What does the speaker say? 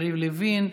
יריב לוין,